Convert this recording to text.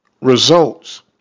results